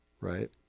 right